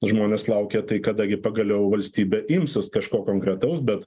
žmonės laukia tai kada gi pagaliau valstybė imsis kažko konkretaus bet